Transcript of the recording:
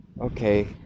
Okay